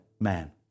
man